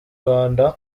rwanda